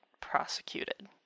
prosecuted